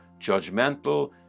judgmental